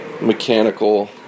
mechanical